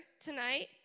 tonight